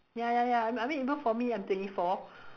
ya ya ya I mean even for me I'm twenty four